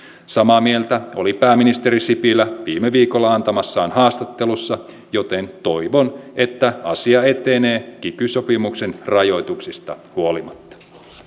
samaa mieltä oli pääministeri sipilä viime viikolla antamassaan haastattelussa joten toivon että asia etenee kiky sopimuksen rajoituksista huolimatta